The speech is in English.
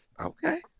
Okay